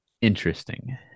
interesting